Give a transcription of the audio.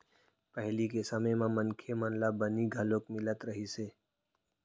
पहिली के समे म मनखे मन ल बनी घलोक मिलत रहिस हे